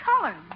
color